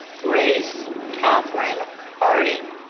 grace katherine harding